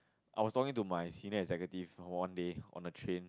I was talking to my senior executive one day on the train